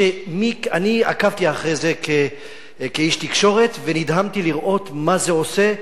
אני עקבתי אחרי זה כאיש תקשורת ונדהמתי לראות מה זה עושה,